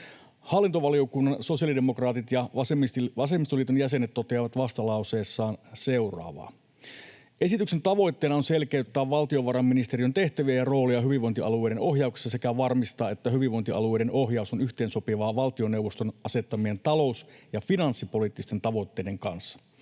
Hallintovaliokunnan sosiaalidemokraatit ja vasemmistoliiton jäsenet toteavat vastalauseessaan seuraavaa: ”Esityksen tavoitteena on selkeyttää valtiovarainministeriön tehtäviä ja roolia hyvinvointialueiden ohjauksessa sekä varmistaa, että hyvinvointialueiden ohjaus on yhteensopivaa valtioneuvoston asettamien talous- ja finanssipoliittisten tavoitteiden kanssa.